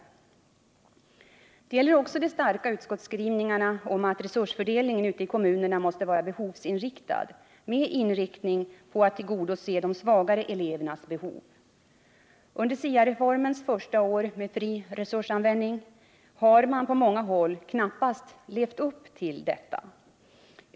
Detta gäller också de starka utskottsskrivningarna om att resursfördelningen ute i kommunerna måste vara behovsinriktad med inriktning på att tillgodose de svagare elevernas behov. Under SIA-reformens första år med fri resursanvändning har man på många håll knappast levt upp till detta.